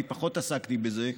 אני פחות עסקתי בזה,